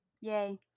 yay